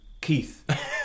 Keith